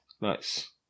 Nice